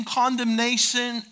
condemnation